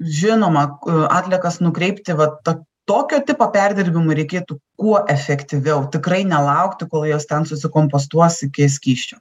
žinoma atliekas nukreipti vat ta tokio tipo perdirbimui reikėtų kuo efektyviau tikrai nelaukti kol jos ten susikompostuos iki skysčio